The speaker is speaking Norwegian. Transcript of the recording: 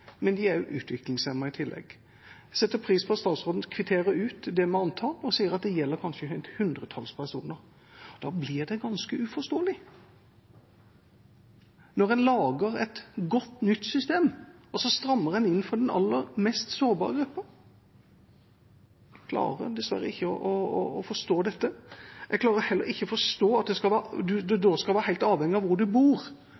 i tillegg. Jeg setter pris på at statsråden kvitterer ut det med antall og sier at det kanskje gjelder et hundretall personer. Da blir det ganske uforståelig at når en lager et godt nytt system, så strammer en inn for den aller mest sårbare gruppen. Jeg klarer dessverre ikke å forstå dette. Jeg klarer heller ikke å forstå at det skal være